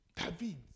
David